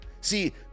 See